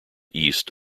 east